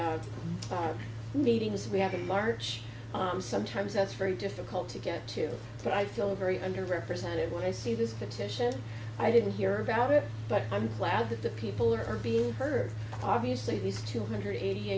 meetings we have in march i'm sometimes that's very difficult to get to but i feel very under represented when i see this petition i didn't hear about it but i'm glad that the people are being heard obviously these two hundred eighty